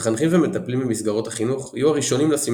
מחנכים ומטפלים במסגרות החינוך יהיו הראשונים לשים